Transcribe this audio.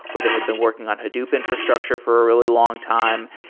or they had been working on hadoop infrastructure for a really long time.